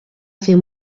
fer